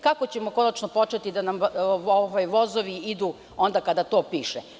Kako ćemo konačno početi da nam vozovi idu onda kada piše?